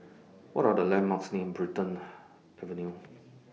What Are The landmarks near Brighton Avenue